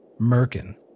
Merkin